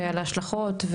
ועל ההשלכות,